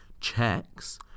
checks